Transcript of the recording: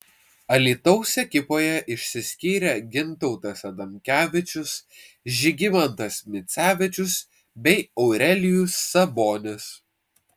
alytaus ekipoje išsiskyrė gintautas adamkevičius žygimantas micevičius bei aurelijus sabonis